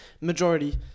majority